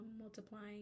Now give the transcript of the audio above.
multiplying